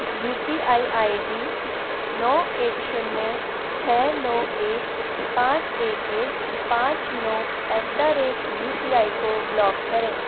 you P I I D नौ एक शून्य छ नौ एक पाँच एक एक पाँच नौ at the rate U P I को ब्लॉक करें